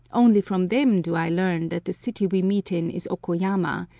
only from them do i learn that the city we meet in is okoyama,